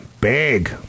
big